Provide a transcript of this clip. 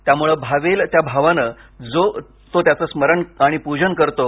त्यामुळे भावेल त्या भावानं जो तो त्याचं स्मरण आणि पूजन करतो